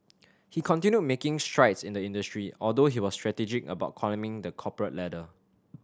he continued making strides in the industry although he was strategic about climbing the corporate ladder